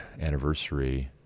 anniversary